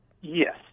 yes